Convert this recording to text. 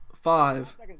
Five